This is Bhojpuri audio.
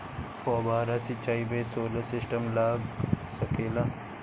फौबारा सिचाई मै सोलर सिस्टम लाग सकेला?